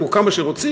או כמה שרוצים,